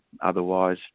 otherwise